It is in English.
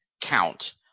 count